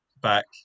back